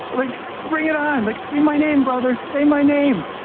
like bring it on, like say my name brother, say my name.